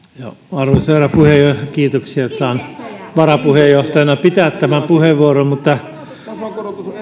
arvoisa herra puhemies kiitoksia että saan varapuheenjohtajana pitää tämä puheenvuoron mutta